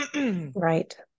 Right